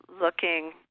looking